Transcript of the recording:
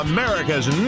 America's